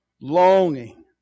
Longing